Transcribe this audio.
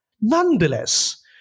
Nonetheless